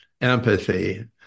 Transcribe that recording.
empathy